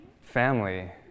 Family